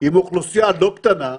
עם אוכלוסייה לא קטנה וגם,